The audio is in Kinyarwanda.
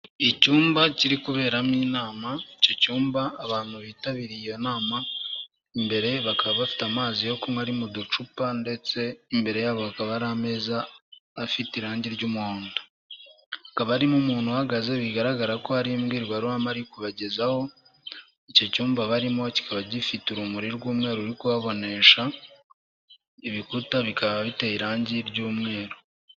Icyumba kiri kuberamo inama, icyo cyumba abantu bitabiriye iyo nama, imbere bakaba bafite amazi yo kunywa ari mu ducupa ndetse imbere yabo hakaba hari ameza afite irangi ry'umuhondo. Hakaba harimo umuntu uhagaze bigaragara ko hari imbwirwaruhame ari kubagezaho, icyo cyumba barimo kikaba gifite urumuri rw'umweru ruri kuhabonesha, ibikuta bikaba biteye irangi ry'umweru.